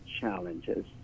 challenges